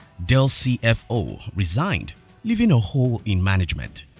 dell's cfo resigned leaving a hole in management,